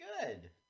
good